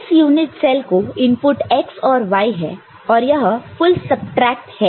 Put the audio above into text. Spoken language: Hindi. इस यूनिट सेल को इनपुट x और y है और यह फुल सबट्रैक्ट है